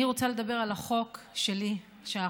אני רוצה לדבר על החוק שלי שאנחנו